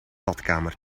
badkamer